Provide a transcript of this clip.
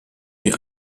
die